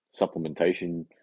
supplementation